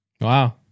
Wow